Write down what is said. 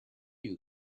you